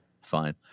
Fine